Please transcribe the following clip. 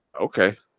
Okay